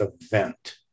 event